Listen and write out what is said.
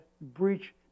breach